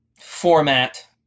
format